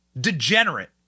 Degenerate